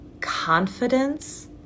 confidence